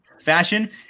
fashion